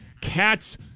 cat's